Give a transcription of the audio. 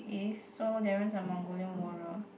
eh so Darren's a Mongolian warrior